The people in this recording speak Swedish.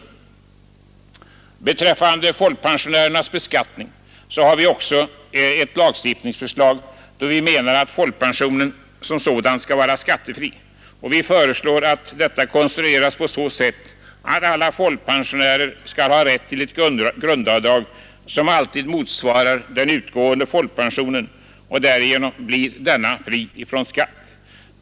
Även när det gäller beskattningen av folkpensionärerna har vi ett lagstiftningsförslag. Vi menar att folkpensionen som sådan skall vara skattefri. Vi föreslår att alla folkpensionärer får rätt till ett grundavdrag som alltid motsvarar den utgående folkpensionen, som därigenom blir fri från skatt.